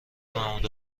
محمود